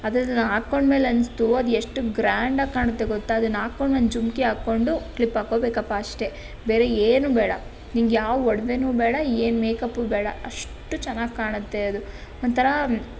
ಅದನ್ನು ಹಾಕಿಕೊಂಡ ಮೇಲೆ ಅನ್ನಿಸ್ತು ಅದು ಎಷ್ಟು ಗ್ರ್ಯಾಂಡಾಗಿ ಕಾಣುತ್ತೆ ಗೊತ್ತಾ ಅದನ್ನು ಹಾಕಿಕೊಂಡು ಒಂದು ಜುಮಕಿ ಹಾಕಿಕೊಂಡು ಕ್ಲಿಪ್ ಹಾಕಿಕೋಬೇಕಪ್ಪ ಅಷ್ಟೆ ಬೇರೆ ಏನು ಬೇಡ ನಿನಗೆ ಯಾವ ಒಡವೆನೂ ಬೇಡ ಏನು ಮೇಕಪ್ಪೂ ಬೇಡ ಅಷ್ಟು ಚೆನ್ನಾಗಿ ಕಾಣತ್ತೆ ಅದು ಒಂಥರ